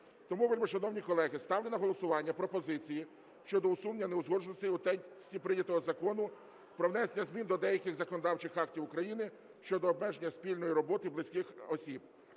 Тому, вельмишановні колеги, ставлю на голосування пропозиції щодо усунення неузгодженостей у тексті прийнятого Закону про внесення змін до деяких законодавчих актів України щодо обмеження спільної роботи близьких осіб.